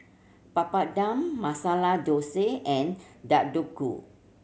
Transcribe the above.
Papadum Masala Dosa and Deodeok Gui